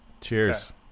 Cheers